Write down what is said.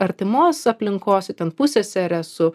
artimos aplinkos su ten pussesere su